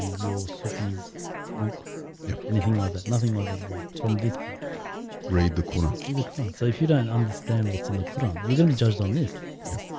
your sufis book yeah anything like that nothing like that at all from this book read the quran the the quran so if you don't understand what's in the quran, you're gonna be judged on this. yeah,